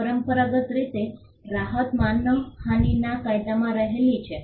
પરંપરાગત રીતે રાહત માનહાનિના કાયદામાં રહેલી છે